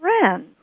friend